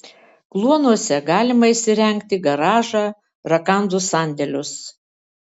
kluonuose galima įsirengti garažą rakandų sandėlius